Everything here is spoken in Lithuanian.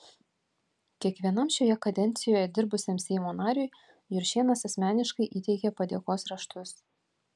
kiekvienam šioje kadencijoje dirbusiam seimo nariui juršėnas asmeniškai įteikė padėkos raštus